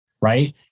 right